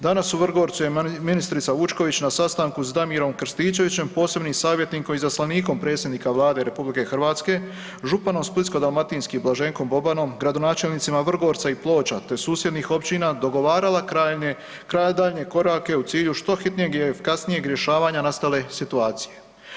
Danas u Vrgorcu je ministrica Vučković na sastanku s Damirom Krstičevićem posebnim savjetnikom i izaslanikom predsjednika Vlade RH, županom Splitsko-dalmatinskim Blaženkom Bobanom, gradonačelnicima Vrgorca i Ploča, te susjednih općina dogovarala daljnje korake u cilju što hitnijeg i efikasnijeg rješavanja nastale situacije.